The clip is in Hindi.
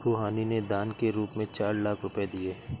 रूहानी ने दान के रूप में चार लाख रुपए दिए